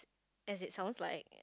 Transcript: as it sounds like